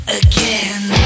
again